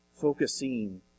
focusing